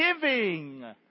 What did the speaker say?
giving